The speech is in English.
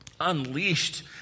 unleashed